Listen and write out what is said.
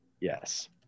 yes